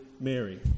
Mary